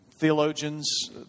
theologians